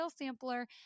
sampler